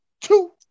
two